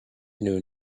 knew